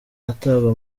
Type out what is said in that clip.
atabwa